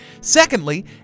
Secondly